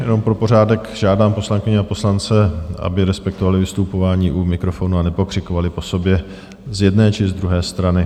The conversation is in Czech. Jenom pro pořádek žádám poslankyně a poslance, aby respektovali vystupování u mikrofonu a nepokřikovali po sobě z jedné či z druhé strany.